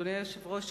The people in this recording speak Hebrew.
אדוני היושב-ראש,